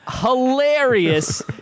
Hilarious